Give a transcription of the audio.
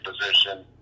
position